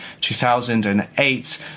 2008